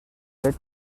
bread